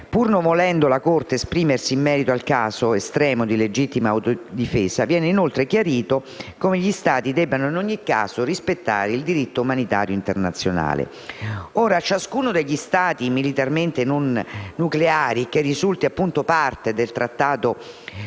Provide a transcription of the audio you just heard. Pur non volendo la Corte esprimersi in merito al caso estremo di legittima autodifesa, viene inoltre chiarito come gli Stati debbano, in ogni caso, rispettare il diritto umanitario internazionale. Ciascuno degli Stati militarmente non nucleari che risulti parte del Trattato di non